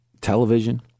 television